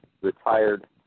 retired